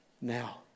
now